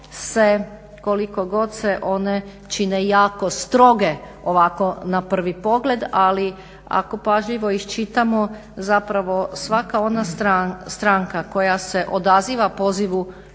koliko god se one čine jako stroge ovako na prvi pogled. Ali ako pažljivo iščitamo zapravo svaka ona stranka koja se odaziva pozivu